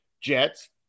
Jets